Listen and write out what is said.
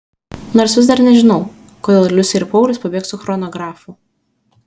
nors vis dar nežinau kodėl liusė ir paulius pabėgs su chronografu